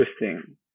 interesting